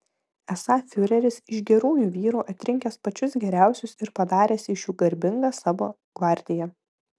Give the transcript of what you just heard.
esą fiureris iš gerųjų vyrų atrinkęs pačius geriausius ir padaręs iš jų garbingą savo gvardiją